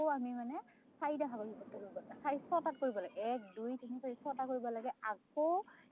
আকৌ আমি মানে চাৰিটা চাৰি ছটাত কৰিব লাগে এক দুই তিনি চাৰি ছটাত কৰিব লাগে আকৌ